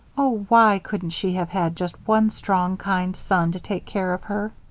oh, why couldn't she have had just one strong, kind son to take care of her?